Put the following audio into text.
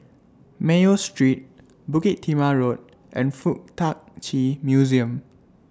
Mayo Street Bukit Timah Road and Fuk Tak Chi Museum